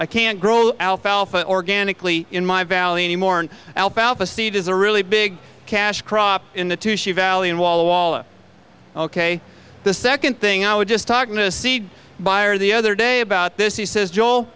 i can't grow alfalfa organically in my valley anymore and alfalfa seed is a really big cash crop in the tooshie valley and walla walla ok the second thing i was just talking to a seed buyer the other day about this he says joel